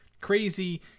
crazy